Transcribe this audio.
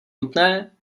nutné